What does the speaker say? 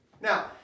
Now